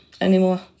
anymore